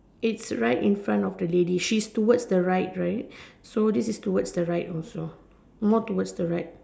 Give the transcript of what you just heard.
it's right in front of the ladies she is towards the right so this is towards the right also so this is more towards the right